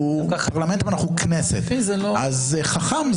1. תיקון הסעיף העיקרי.